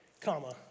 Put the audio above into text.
comma